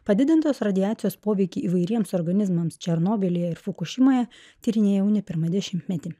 padidintos radiacijos poveikį įvairiems organizmams černobylyje ir fukušimoje tyrinėja jau ne pirmą dešimtmetį